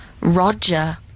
Roger